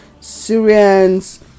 Syrians